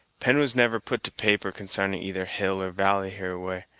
pen was never put to paper consarning either hill or valley hereaway,